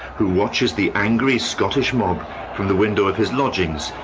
who watches the angry scottish mob from the window of his lodgings,